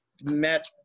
met